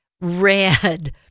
red